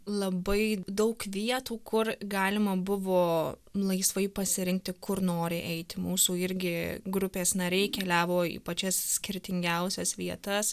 labai daug vietų kur galima buvo laisvai pasirinkti kur nori eiti mūsų irgi grupės nariai keliavo į pačias skirtingiausias vietas